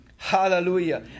Hallelujah